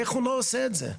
איך הוא לא עושה את זה?